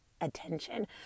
attention